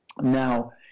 Now